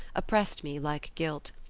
oppressed me like guilt.